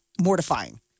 mortifying